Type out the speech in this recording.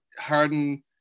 Harden